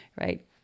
right